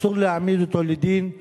אסור להעמיד אותו לדין,